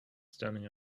standing